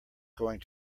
going